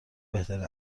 بهترین